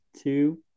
two